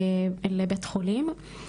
לבית החולים.